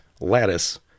Lattice